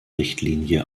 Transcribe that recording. richtlinie